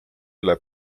üle